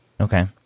Okay